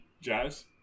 Jazz